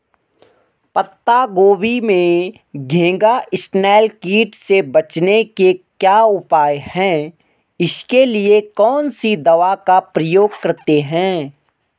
पत्ता गोभी में घैंघा इसनैल कीट से बचने के क्या उपाय हैं इसके लिए कौन सी दवा का प्रयोग करते हैं?